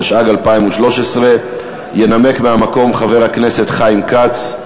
התשע"ג 2013. ינמק מהמקום חבר הכנסת חיים כץ.